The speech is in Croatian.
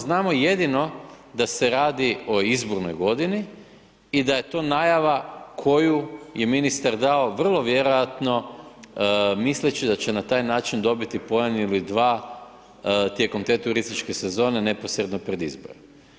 Znamo jedino da se radi o izbornoj godini, i da je to najava koju je ministar dao vrlo vjerojatno misleći da će na taj način dobiti poen ili dva tijekom te turističke sezone, neposredno pred izbore.